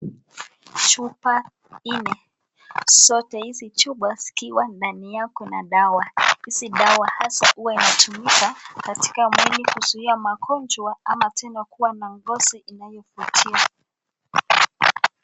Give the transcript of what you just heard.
Chupa nne zote hizi chupa zikiwa ndani yao kuna dawa. Hizi dawa haswa huwa inatumika katika mwili kuzuia magonjwa ama tena ,kuwa na ngozi inayovutia.